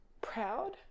Proud